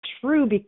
true